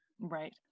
Right